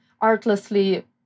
artlessly